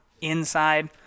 inside